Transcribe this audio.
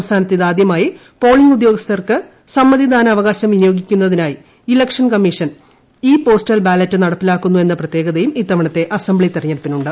സംസ്ഥാനത്ത് ഇതാദ്യമായി പോളിംഗ് ഉദ്യോഗസ്ഥർക്ക് സമ്മതിദാനാവകാശം വിനിയോഗിക്കുന്നതിനായി election commission e postal ballot നടപ്പിലാക്കുന്നു എന്ന പ്രത്യേകതയും ഇത്തവണത്തെ അസംബ്ലി തെരഞ്ഞെടുപ്പിനുണ്ട്